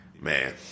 man